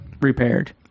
repaired